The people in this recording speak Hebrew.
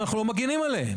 ואנחנו לא מגינים עליהם.